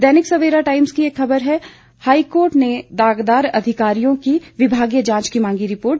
दैनिक Savera Times की एक खबर है हाईकोर्ट ने दागदार अधिकारियों की विभागीय जांच की मांगी रिपोर्ट